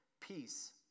peace